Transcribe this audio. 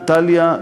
איטליה,